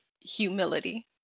humility